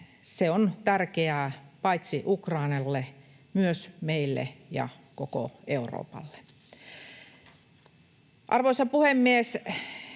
se on tärkeää paitsi Ukrainalle myös meille ja koko Euroopalle. Arvoisa puhemies!